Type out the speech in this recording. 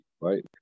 right